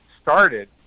started